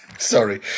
Sorry